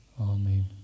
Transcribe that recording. Amen